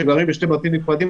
שגרות בשני בתים נפרדים,